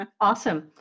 awesome